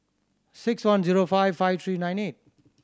six one zero five five three nine eight